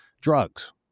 drugs